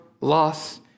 loss